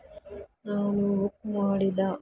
ನಾವು ಮಾಡಿದ